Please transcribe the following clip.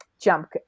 jump